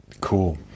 Cool